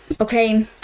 okay